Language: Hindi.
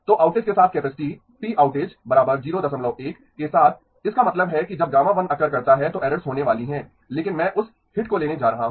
तो आउटेज के साथ कैपेसिटी P आउटेज 01 के साथ इसका मतलब है कि जब γ1 अकर करता है तो एर्रोर्स होने वाली हैं लेकिन मैं उस हिट को लेने जा रहा हूं